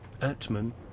Atman